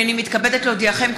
הנני מתכבדת להודיעכם,